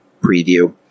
preview